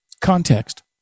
context